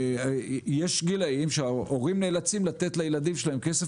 יש גילאים שהורים נאלצים לתת לילדים שלהם כסף